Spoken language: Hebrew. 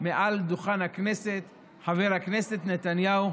מעל דוכן הכנסת: חבר הכנסת נתניהו,